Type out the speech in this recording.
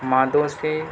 مادوں سے